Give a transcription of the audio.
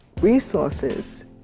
resources